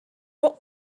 what